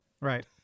Right